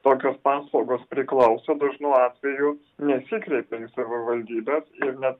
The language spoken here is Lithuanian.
tokios paslaugos priklauso dažnu atveju nesikreipia į savivaldybes ir net